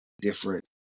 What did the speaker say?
different